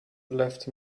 left